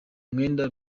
mwenda